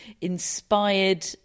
inspired